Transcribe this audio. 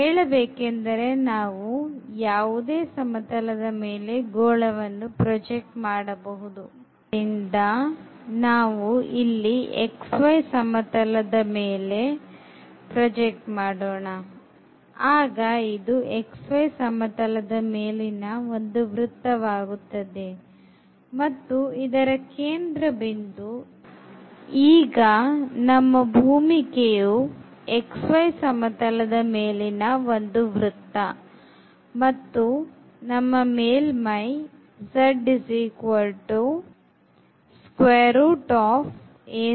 ಹೇಳಬೇಕೆಂದರೆ ನಾವು ಯಾವುದೇ ಸಮತಲದ ಮೇಲೆ ಗೋಳವನ್ನು ಪ್ರಜೆಕ್ಟ್ ಮಾಡಬಹುದು ಆದ್ದರಿಂದ ನಾವು ಇಲ್ಲಿ xy ಸಮತಲದ ಮೇಲೆ ಪ್ರಜೆಕ್ಟ್ ಮಾಡೋಣ ಆಗ ಇದು xy ಸಮತಲದ ಮೇಲಿನ ಒಂದು ವೃತ್ತ ವಾಗುತ್ತದೆ ಮತ್ತು ಇದರ ಕೇಂದ್ರ ಬಿಂದು 0 ಆಗಿರುತ್ತದೆ ಈಗ ನಮ್ಮ ಭೂಮಿಕೆಯು xy ಸಮತಲದ ಮೇಲಿನ ಒಂದು ವೃತ್ತ ಮತ್ತು ಮೇಲ್ಮೈ ಆಗುತ್ತದೆ